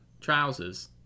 trousers